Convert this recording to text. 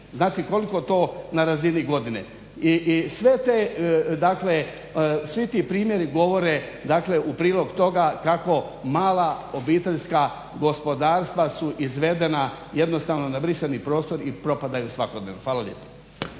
Znači, koliko to na razini godine. I svi ti primjeri govore dakle u prilog toga kako mala obiteljska gospodarstva su izvedena jednostavno na brisani prostor i propadaju svakodnevno. Hvala lijepa.